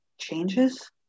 changes